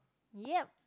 yup